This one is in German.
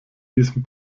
diesem